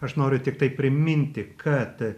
aš noriu tiktai priminti kad